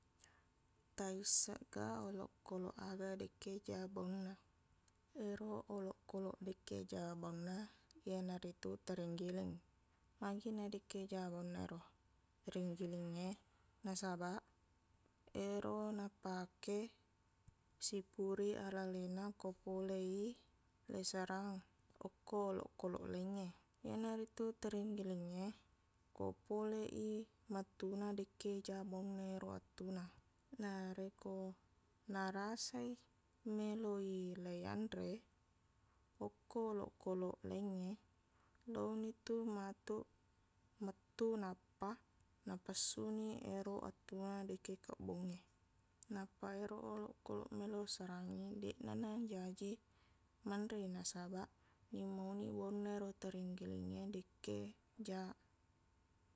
Taissegga olokkolok aga dekke jaq baunna ero olokkolok dekke jaq baunna iyanaritu tering giling magaina bekke jaq baunna ero tering gilingnge nasabaq ero napake sippuri alalena ko pole i riserang okko olokkolok laingnge iyanaritu tering gilingnge ko pole i mattuna dekke jaq ero baunna ettuna narekko narasai meloq i laianre okko olokkolok laingnge laonitu matuq mettuq nappa napessuqni ero ettua dekke kebbongnge nappa ero olokkolok meloq serangngi deqna najaji manre i nasabaq nimmauni baunna ero tering gilingnge dekke jaq